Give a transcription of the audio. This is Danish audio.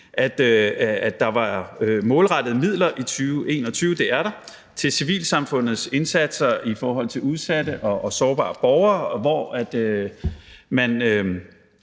det. Der var målrettede midler i 2021 – det er der – til civilsamfundets indsatser i forhold til udsatte og sårbare borgere, hvor man